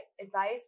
advice